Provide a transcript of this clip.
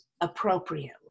appropriately